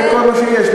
זה כל מה שיש.